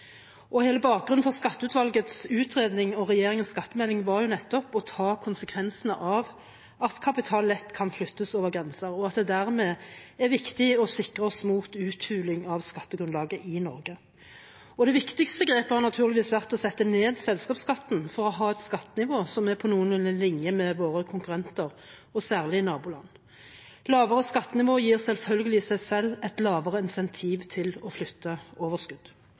Hele bakgrunnen for Skatteutvalgets utredning og regjeringens skattemelding var nettopp å ta konsekvensene av at kapital lett kan flyttes over grenser, og at det dermed er viktig å sikre oss mot uthuling av skattegrunnlaget i Norge. Det viktigste grepet har naturligvis vært å sette ned selskapsskatten for å ha et skattenivå som er noenlunde på linje med våre konkurrenter, og særlig våre naboland. Lavere skattenivå gir selvfølgelig i seg selv et lavere incentiv til å flytte overskudd.